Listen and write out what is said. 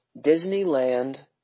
Disneyland